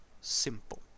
simple